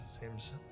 Seems